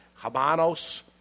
Habanos